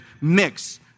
mix